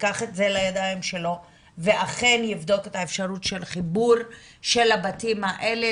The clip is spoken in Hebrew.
ייקח את זה לידיים שלו ואכן יבדוק את האפשרות של חיבור של הבתים האלה,